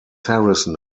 harrison